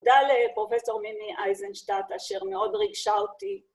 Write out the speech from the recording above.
תודה לפרופ' מיני אייזנשטאט, אשר מאוד ריגשה אותי.